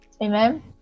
amen